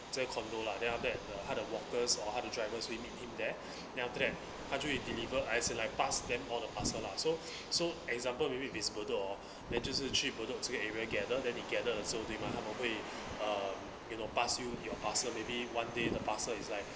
之 condo lah then after that 他的 walkers or 他的 drivers 会 meet him there then after that 他就会 deliver as in pass them all the parcel lah so so example maybe if its bedok then 就是去 bedok 这个 area gather then they gather 的时候对吗他们会 uh you know pass you your parcel maybe one day the parcel is like